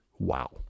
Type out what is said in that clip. Wow